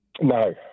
No